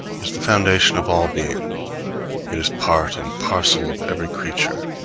is the foundation of all being it is part and parcel of every creature,